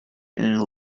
and